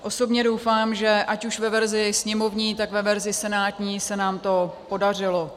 Osobně doufám, že ať už ve verzi sněmovní, tak ve verzi senátní se nám to podařilo.